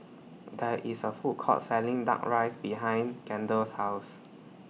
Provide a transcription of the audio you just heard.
There IS A Food Court Selling Duck Rice behind Kendell's House